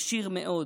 עשיר מאוד.